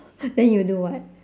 then you do what